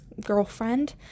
girlfriend